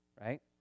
right